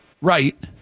Right